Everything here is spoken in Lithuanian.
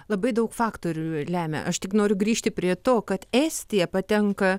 labai daug faktorių lemia aš tik noriu grįžti prie to kad estija patenka